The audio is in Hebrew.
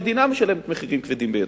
המדינה משלמת מחירים כבדים ביותר.